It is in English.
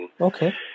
Okay